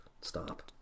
Stop